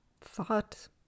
Thought